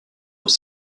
aux